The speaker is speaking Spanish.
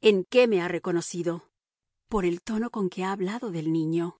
en qué me ha reconocido por el tono con que ha hablado del niño